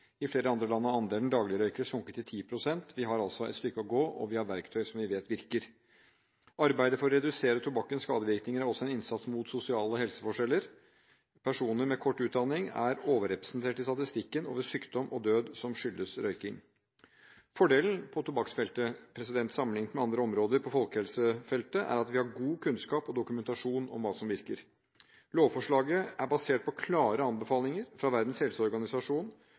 I flere andre land er andelen dagligrøykere sunket til 10 pst. Vi har altså et stykke å gå, og vi har verktøy som vi vet virker. Arbeidet for å redusere tobakkens skadevirkninger er også en innsats mot sosiale helseforskjeller. Personer med kort utdanning er overrepresentert i statistikken over sykdom og død som skyldes røyking. Fordelen på tobakksfeltet, sammenlignet med andre områder på folkehelsefeltet, er at vi har god kunnskap og dokumentasjon om hva som virker. Lovforslaget er basert på klare anbefalinger fra Verdens helseorganisasjon,